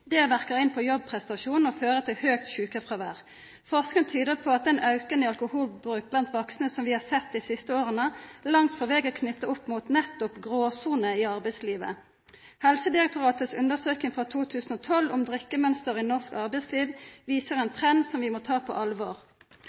Det verkar inn på jobbprestasjonen og fører til høgt sjukefråvær. Forsking tyder på at den auken i alkoholforbruk blant vaksne som vi har sett dei siste åra, langt på veg er knytt opp mot nettopp gråsoner i arbeidslivet. Helsedirektoratets undersøking frå 2012 om drikkemønsteret i norsk arbeidsliv viser ein trend som vi må ta på alvor.